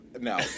no